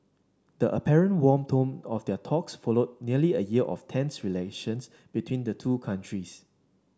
the apparent warm tone of their talks followed nearly a year of tense relations between the two countries